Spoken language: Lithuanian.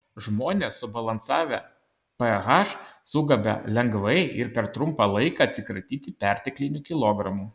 žmonės subalansavę ph sugeba lengvai ir per trumpą laiką atsikratyti perteklinių kilogramų